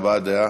הבעת דעה,